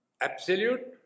Absolute